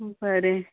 बरें